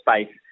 space